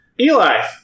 Eli